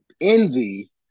Envy